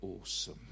awesome